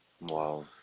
Wow